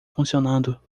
funcionando